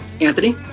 Anthony